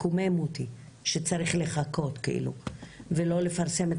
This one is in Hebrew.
מקומם אותי שצריך לחכות ולא לפרסם את